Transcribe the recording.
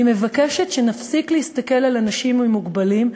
אני מבקשת שנפסיק להסתכל על האנשים המוגבלים,